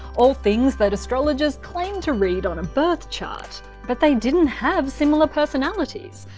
all things that astrologers claim to read on a birth chart. but they didn't have similar personalities,